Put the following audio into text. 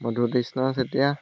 Madhutrishna Chetia